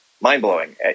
mind-blowing